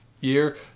year